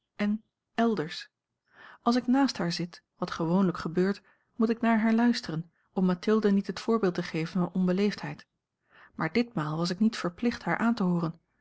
en elders als ik naast haar zit wat gewoonlijk gebeurt moet ik naar haar luisteren om mathilde niet het voorbeeld te geven van onbeleefdheid maar ditmaal was ik niet verplicht haar aan te hooren